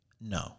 no